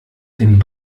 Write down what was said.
den